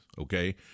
okay